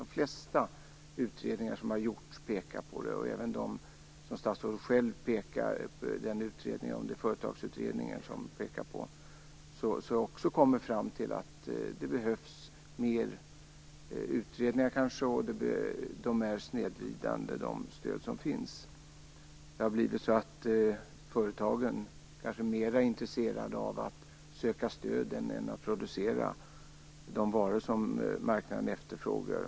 De flesta utredningar som har gjorts pekar på att stöden har snedvridande effekter. Även Företagsutredningen, som statsrådet själv nämner, kommer fram till att det behövs mer utredningar och att de stöd som finns är snedvridande. Det har blivit så att företagen kanske är mera intresserade av att söka stöd än att producera de varor som marknaden efterfrågar.